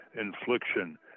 infliction